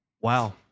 Wow